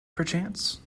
perchance